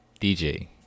DJ